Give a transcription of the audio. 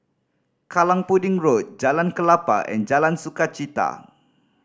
Kallang Pudding Road Jalan Klapa and Jalan Sukachita